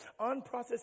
unprocessed